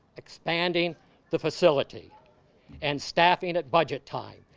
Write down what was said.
expanding the facility and staffing at budget time.